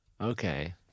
okay